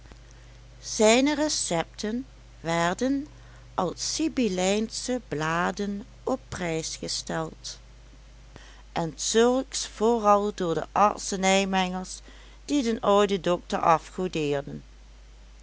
zijne recepten werden als sibyllijnsche bladen op prijs gesteld en zulks vooral door de artsenijmengers die den ouden dokter afgodeerden